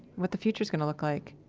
what the future is going to look like